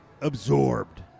absorbed